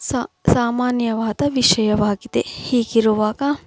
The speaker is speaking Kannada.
ಸ ಸಾಮಾನ್ಯವಾದ ವಿಷಯವಾಗಿದೆ ಹೀಗಿರುವಾಗ